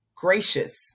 gracious